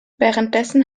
währenddessen